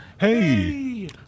Hey